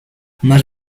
más